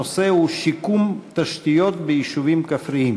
הנושא הוא: שיקום תשתיות ביישובים כפריים.